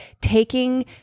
taking